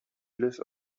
live